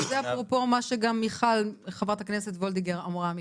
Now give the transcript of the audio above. זה אפרופו מה שגם חברת הכנסת וולדיגר אמרה קודם,